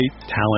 talent